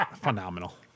phenomenal